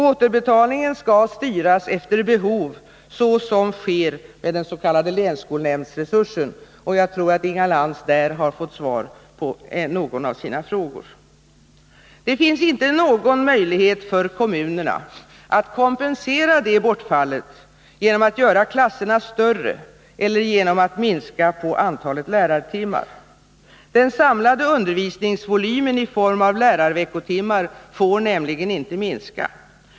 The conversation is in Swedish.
Återbetalningen skall styras efter behov, så som sker med den s.k. länsskolnämndsresursen, och jag tror att Inga Lantz där har fått svar på någon av sina frågor. Det finns inte någon möjlighet för kommunerna att kompensera det bortfallet genom att göra klasserna större eller genom att minska på antalet lärartimmar. Den samlade undervisningsvolymen i form av lärarveckotimmar får nämligen inte minska.